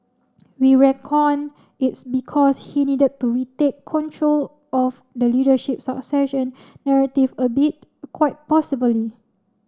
we reckon it's because he needed to retake control of the leadership succession narrative a bit quite possibly